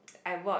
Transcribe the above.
I bought